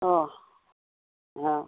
ꯑꯣ ꯑꯥ